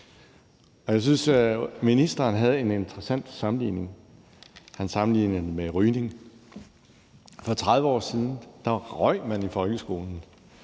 ud. Jeg synes, at ministeren havde en interessant sammenligning. Han sammenlignede det med rygning. For 30 år siden blev der røget i folkeskolen,